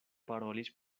parolis